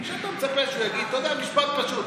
עכשיו אתה מצפה שהוא יגיד, אתה יודע, משפט פשוט: